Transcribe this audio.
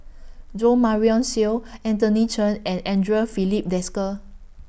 Jo Marion Seow Anthony Chen and Andre Filipe Desker